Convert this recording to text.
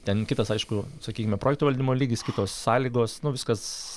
ten kitas aišku sakykime projektų valdymo lygis kitos sąlygos viskas